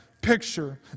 Picture